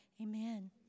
Amen